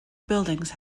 buildings